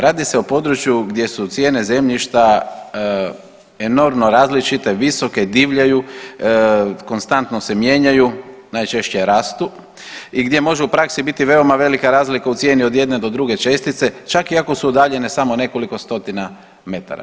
Radi se o području gdje su cijene zemljišta enormno različite, visoke, divljaju, konstantno se mijenjaju, najčešće rastu i gdje može u praksi biti veoma velika razlika u cijeni od jedne do druge čestice čak i ako su udaljene samo nekoliko stotina metara.